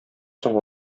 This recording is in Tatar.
соң